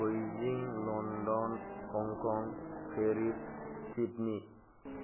Beijing London Hong Kong Paris Sydney